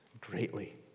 greatly